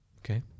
Okay